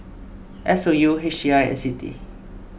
S O U H I and Citi